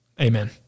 Amen